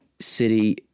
City